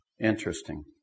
Interesting